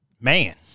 man